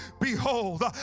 Behold